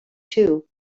too